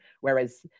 Whereas